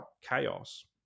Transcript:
chaos